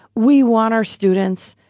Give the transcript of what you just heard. we want our students,